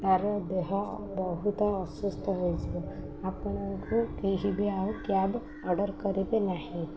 ତାର ଦେହ ବହୁତ ଅସୁସ୍ଥ ହୋଇଯିବ ଆପଣଙ୍କୁ କେହିବି ଆଉ କ୍ୟାବ ଅର୍ଡ଼ର କରିବେ ନାହିଁ